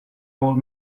old